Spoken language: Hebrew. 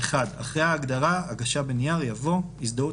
(1) אחרי ההגדרה "הגשה בנייר" יבוא: ""הזדהות